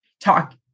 talk